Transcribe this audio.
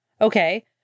Okay